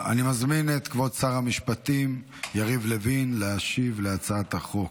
אני מזמין את כבוד שר המשפטים יריב לוין להשיב על הצעת החוק.